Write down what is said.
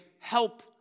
help